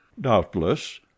Doubtless